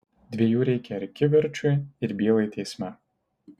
dviejų reikia ir kivirčui ir bylai teisme